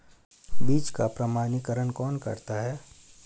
बीज का प्रमाणीकरण कौन करता है?